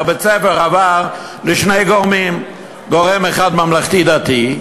בית-הספר עבר לשני גורמים: גורם אחד ממלכתי-דתי,